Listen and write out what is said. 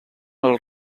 als